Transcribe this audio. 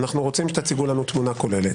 אנחנו רוצים שתציגו לנו תמונה כוללת.